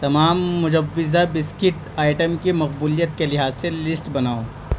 تمام مجوزہ biscuit item کی مقبولیت کے لحاظ سے لسٹ بناؤ